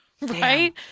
Right